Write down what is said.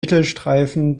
mittelstreifen